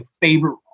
favorite